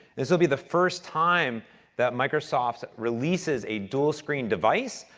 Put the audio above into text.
this will be the first time that microsoft releases a dual-screen device,